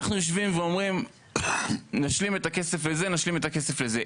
אנחנו יושבים ואומרים נשלים את הכסף לזה ונשלים את הכסף לזה.